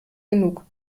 genug